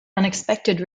unexpected